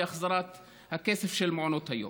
על החזרת הכסף של מעונות היום.